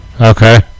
Okay